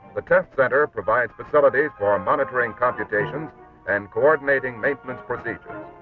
the test center provides facilities for um monitoring computations and coordinating maintenance procedures.